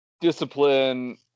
discipline